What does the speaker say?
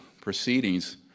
proceedings